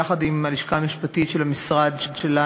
יחד עם הלשכה המשפטית של המשרד שלנו,